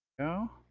no?